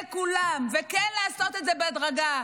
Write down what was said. לכולם, וכן לעשות את זה בהדרגה.